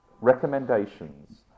recommendations